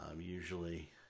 usually